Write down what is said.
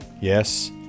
Yes